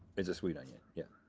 it's a sweet onion, yeah.